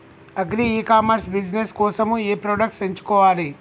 Agri e commerce business కోసము ఏ products ఎంచుకోవాలి?